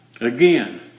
Again